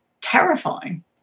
terrifying